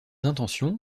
intentions